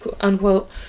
unquote